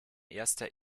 erster